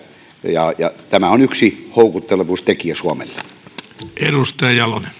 ja ja tämä on yksi houkuttelevuustekijä suomelle